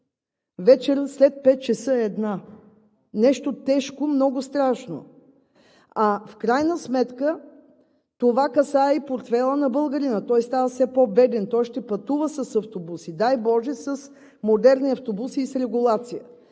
вечер след 17,00 ч. – една. Нещо тежко, много страшно. В крайна сметка, това касае и портфейла на българина, той става все по-беден. Той ще пътува с автобуси, дай боже, с модерни автобуси и с регулация.